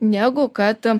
negu kad